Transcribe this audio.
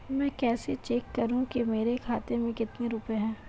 मैं कैसे चेक करूं कि मेरे खाते में कितने रुपए हैं?